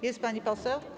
Jest pani poseł?